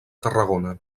tarragona